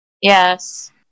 Yes